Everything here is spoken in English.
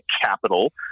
Capital